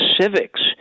civics